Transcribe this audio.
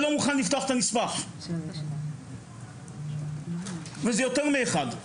והוא לא מוכן לפתוח את הנספח, זה יותר מאחד.